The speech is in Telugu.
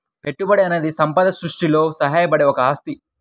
పెట్టుబడి అనేది సంపద సృష్టిలో సహాయపడే ఒక ఆస్తి